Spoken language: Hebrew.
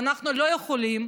ואנחנו לא יכולים,